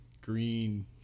green